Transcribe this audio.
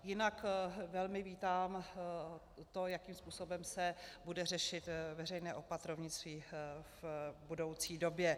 Jinak velmi vítám to, jakým způsobem se bude řešit veřejné opatrovnictví v budoucí době.